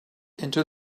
into